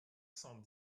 cent